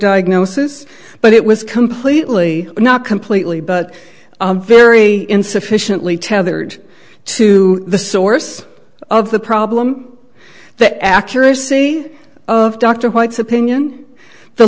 diagnosis but it was completely not completely but very insufficiently tethered to the source of the problem the accuracy of dr white's opinion the